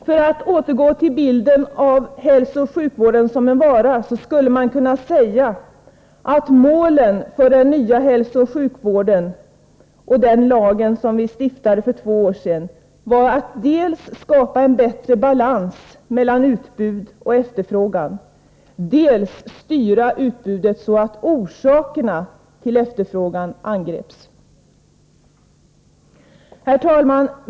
För att återgå till bilden av hälsooch sjukvården som en vara, skulle man kunna säga att målen för den nya hälsooch sjukvården och den lag som vi stiftade för två år sedan var att dels skapa en bättre balans mellan utbud och efterfrågan, dels styra utbudet så att orsakerna till efterfrågan angrips. Herr talman!